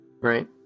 Right